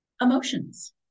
emotions